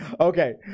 Okay